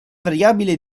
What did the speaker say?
variabile